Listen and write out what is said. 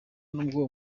n’ubwo